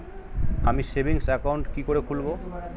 আমি savings account কি করে খুলব?